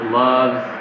loves